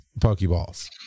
pokeballs